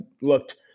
looked